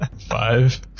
five